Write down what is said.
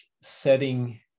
setting